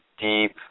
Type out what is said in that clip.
deep